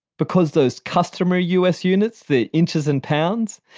because those customary u s. units, the inches and pounds,